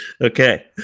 Okay